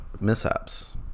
mishaps